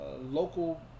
local